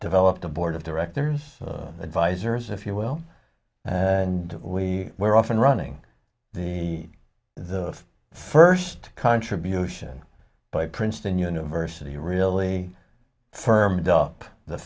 developed a board of directors advisors if you will and we were off and running the the first contribution by princeton university really firmed up the